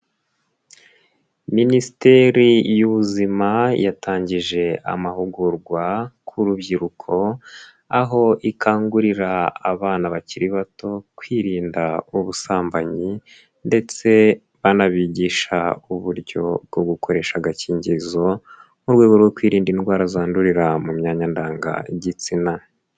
Minisiteri y'Ubuzima yatangije amahugurwa ku rubyiruko, aho ikangurira abana bakiri bato kwirinda ubusambanyi ndetse banabigisha uburyo bwo gukoresha agakingirizo, mu rwego rwo kwirinda indwara zandurira mu myanya ndangagitsina.